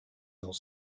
dans